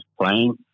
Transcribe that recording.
playing